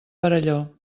perelló